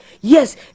Yes